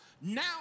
Now